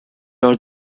are